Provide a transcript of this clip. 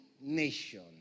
nation